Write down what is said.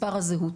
מספר הזהות.